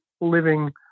living